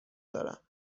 دارم